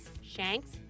shanks